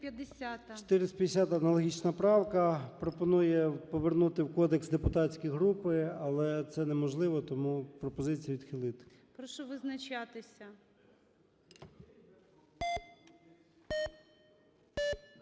450-а аналогічна правка пропонує повернути в кодекс депутатські групи, але це неможливо, тому пропозиція відхилити. ГОЛОВУЮЧИЙ. Прошу визначатися.